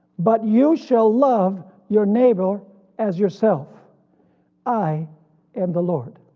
but you shall love your neighbor as yourself i am the lord.